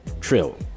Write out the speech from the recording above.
trill